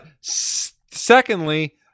Secondly